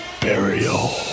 burial